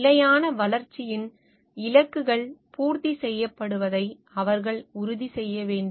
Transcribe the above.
நிலையான வளர்ச்சியின் இலக்குகள் பூர்த்தி செய்யப்படுவதை அவர்கள் உறுதி செய்ய வேண்டும்